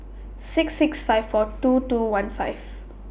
six six five four two two one five